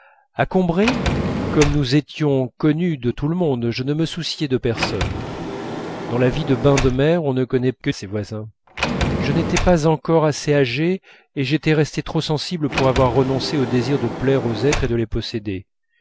à combray comme nous étions connus de tout le monde je ne me souciais de personne dans la vie de bains de mer on ne connaît que ses voisins je n'étais pas encore assez âgé et j'étais resté trop sensible pour avoir renoncé au désir de plaire aux êtres et de les posséder